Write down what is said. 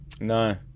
no